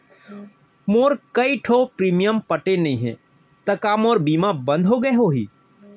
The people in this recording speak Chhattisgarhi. मोर कई ठो प्रीमियम पटे नई हे ता का मोर बीमा बंद हो गए होही?